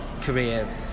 career